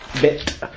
bit